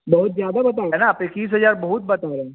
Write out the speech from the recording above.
बहुत ज़्यादा बता रहे हैं ना आप इक्कीस हज़ार बहुत बता रहे हैं